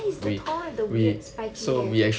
ya he's the tall with the weird spiky hair